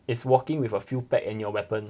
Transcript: it's walking with a few pack and your weapon